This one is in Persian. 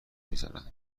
میزنند